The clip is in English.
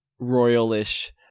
royalish